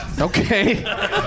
Okay